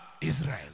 Israel